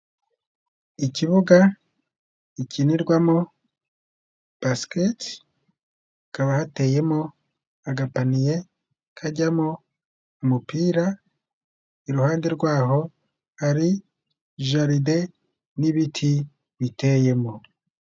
Ikibuga gikinirwamo Basiketi, hakaba hateyemo agapaniye kajyamo umupira, iruhande rwaho hari jaride n'ibiti biteyemo.